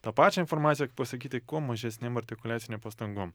ta pačią informaciją pasakyti kuo mažesnėm artikuliacinėm pastangom